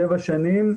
שבע שנים,